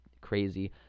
crazy